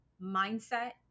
mindset